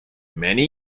many